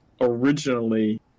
originally